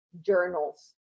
journals